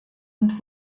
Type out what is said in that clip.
und